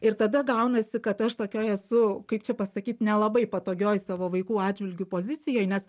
ir tada gaunasi kad aš tokio esu kaip čia pasakyt nelabai patogioj savo vaikų atžvilgiu pozicijoj nes